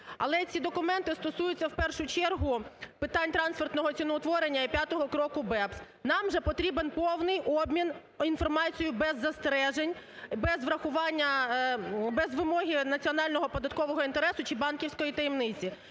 Але ці документи стосуються в першу чергу питань трансфертного ціноутворення і п'ятого кроку BEPS. Нам же потрібний обмін інформацією без застережень, без врахування, без вимоги національного податкового інтересу чи банківської таємниці.